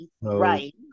right